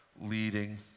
leading